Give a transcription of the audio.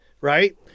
right